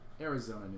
Arizona